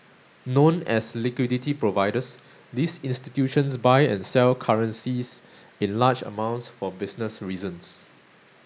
known as liquidity providers these institutions buy and sell currencies in large amounts for business reasons